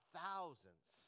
thousands